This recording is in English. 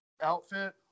outfit